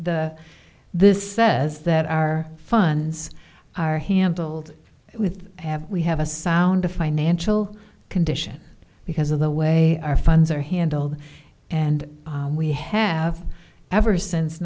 the this says that our funds are handled with have we have a sound financial condition because of the way our funds are handled and we have ever since